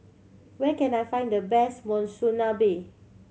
where can I find the best Monsunabe